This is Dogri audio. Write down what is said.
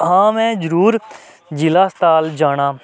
हां में जरूर जिला अस्पताल जाना